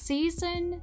Season